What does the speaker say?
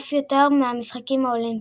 אף יותר מהמשחקים האולימפיים.